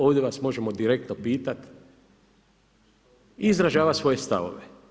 Ovdje vas možemo direktno pitat i izražavat svoje stavove.